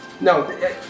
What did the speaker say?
No